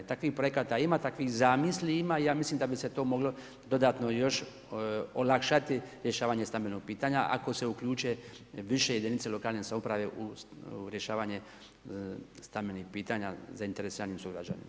Takvih projekata ima, takvih zamisli ima i ja mislim da bi se to moglo dodatno još olakšati rješavanje stambenog pitanja ako se uključe više jedinaca lokalne samouprave u rješavanje stambenih pitanja zainteresiranim sugrađanima.